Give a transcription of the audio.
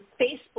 Facebook